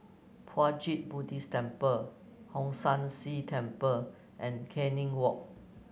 Puat Jit Buddhist Temple Hong San See Temple and Canning Walk